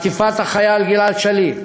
חטיפת החייל גלעד שליט,